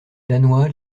danois